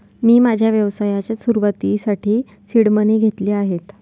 मी माझ्या व्यवसायाच्या सुरुवातीसाठी सीड मनी घेतले आहेत